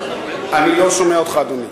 אני לא שומע אותך, אדוני.